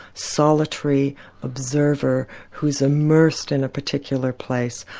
solitary observer who's immersed in a particular place,